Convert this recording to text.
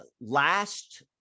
last